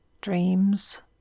dreams